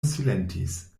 silentis